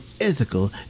ethical